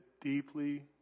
deeply